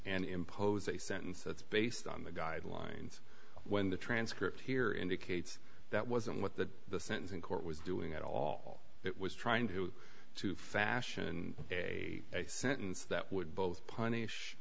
and impose a sentence that's based on the guidelines when the transcript here indicates that wasn't what the the sentencing court was doing at all it was trying to to fashion a sentence that would both punish